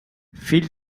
fill